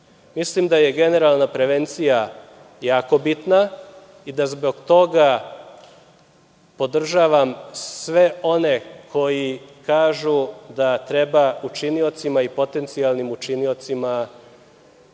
da je generalna prevencija jako bitna i da zbog toga podržavam sve one koji kažu da treba učiniocima i potencijalnim učiniocima